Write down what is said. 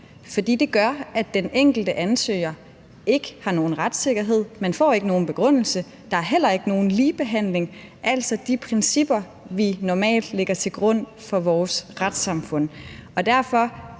For det gør, at den enkelte ansøger ikke har nogen retssikkerhed; man får ikke nogen begrundelse; der er heller ikke nogen ligebehandling – altså de principper, vi normalt lægger til grund for vores retssamfund. Derfor: